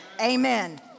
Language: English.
Amen